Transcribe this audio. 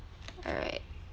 alright